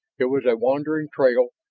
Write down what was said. it was a wandering trail,